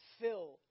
fill